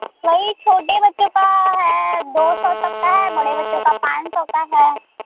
नहीं छोटे बच्चों का है दो सौ तक का है बड़े बच्चों का पाँच सौ का है